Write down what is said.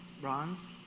Bronze